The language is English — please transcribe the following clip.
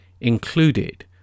included